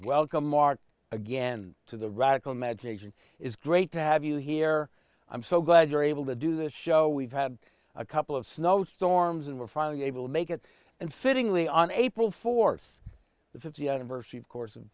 welcome art again to the radical magination is great to have you here i'm so glad you're able to do this show we've had a couple of snowstorms and we're finally able to make it and fittingly on april fourth the fiftieth anniversary of course of